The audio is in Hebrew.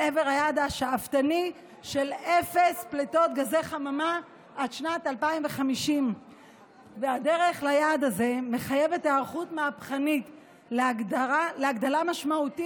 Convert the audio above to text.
עבר היעד השאפתני של אפס פליטות גזי חממה עד שנת 2050. הדרך ליעד הזה מחייבת היערכות מהפכנית להגדלה משמעותית